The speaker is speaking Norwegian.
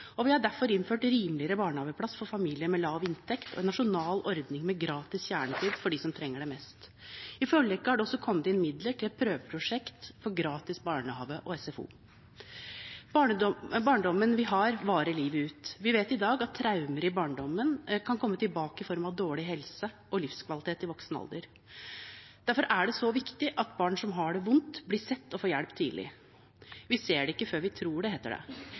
Vi har derfor innført rimeligere barnehageplass for familier med lav inntekt og en nasjonal ordning med gratis kjernetid for dem som trenger det mest. I forliket har det også kommet inn midler til et prøveprosjekt for gratis barnehage og gratis SFO. Barndommen vi har, varer livet ut. Vi vet i dag at traumer i barndommen kan komme tilbake i form av dårlig helse og dårlig livskvalitet i voksen alder. Derfor er det så viktig at barn som har det vondt, blir sett og får hjelp tidlig. Vi ser det ikke før vi tror det, heter det,